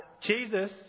Jesus